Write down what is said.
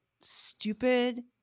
stupid